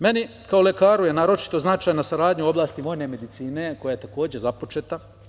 Meni kao lekaru je naročito značajna saradnja u oblasti vojne medicine, koja je takođe započeta.